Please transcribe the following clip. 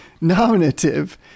nominative